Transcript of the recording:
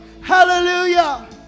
Hallelujah